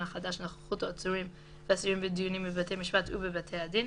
החדש) (נוכחות עצורים ואסירים בדיונים בבתי המשפט ובבתי הדין)